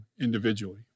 individually